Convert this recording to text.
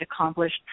accomplished